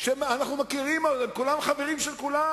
שאנחנו מכירים, הרי כולם חברים של כולם.